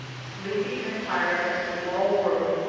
sleepy and tired as we all were,